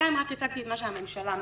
בינתיים הצגתי מה שהממשלה מבקשת.